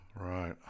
Right